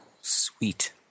Sweet